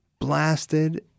Blasted